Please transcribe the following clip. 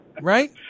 Right